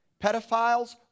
Pedophiles